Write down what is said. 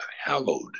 hallowed